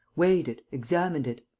weighed it, examined it.